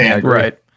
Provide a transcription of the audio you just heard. Right